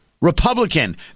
Republican